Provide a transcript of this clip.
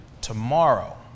Tomorrow